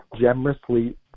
generously